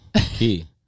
Key